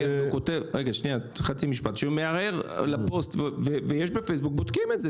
כשאדם שמערער על פוסט בפייסבוק בודקים את זה.